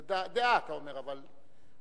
דעה, אתה אומר, אבל